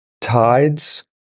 Tides